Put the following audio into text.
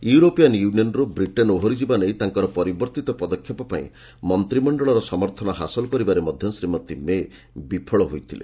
European ୟୁନିୟନ୍ରୁ Britain ଓହରିଯିବା ନେଇ ତାଙ୍କର ପରିବର୍ତ୍ତିତ ପଦକ୍ଷେପ ପାଇଁ ମନ୍ତ୍ରିମଣ୍ଡଳର ସମର୍ଥନ ହାସଲ କରିବାରେ ମଧ୍ୟ ଶ୍ରୀମତୀ ମେ ବିଫଳ ହୋଇଥିଲେ